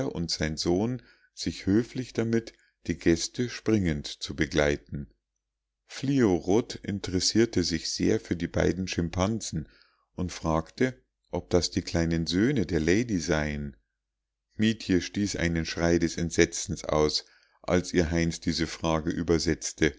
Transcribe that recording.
und sein sohn sich höflich damit die gäste springend zu begleiten fliorot interessierte sich sehr für die beiden schimpansen und fragte ob das die kleinen söhne der lady seien mietje stieß einen schrei des entsetzens aus als ihr heinz diese frage übersetzte